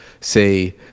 say